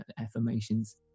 affirmations